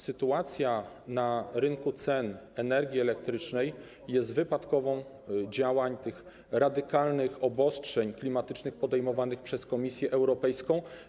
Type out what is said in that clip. Sytuacja na rynku cen energii elektrycznej jest wypadkową działań tych radykalnych obostrzeń klimatycznych przyjmowanych przez Komisję Europejską.